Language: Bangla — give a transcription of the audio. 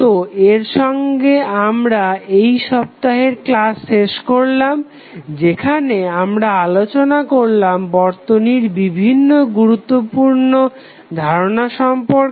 তো এর সঙ্গে আমরা এই সপ্তাহের ক্লাস শেষ করলাম যেখানে আমরা আলোচনা করলাম বর্তনীর বিভিন্ন গুরুত্বপূর্ণ ধারণা সম্পর্কে